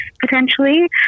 potentially